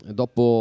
dopo